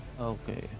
Okay